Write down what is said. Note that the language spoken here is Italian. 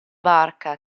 barca